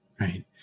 Right